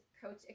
Coach